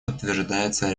подтверждается